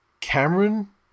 Cameron